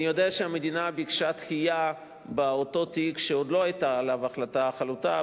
אני יודע שהמדינה ביקשה דחייה באותו תיק שעוד לא היתה עליו החלטה חלוטה,